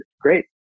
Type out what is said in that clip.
great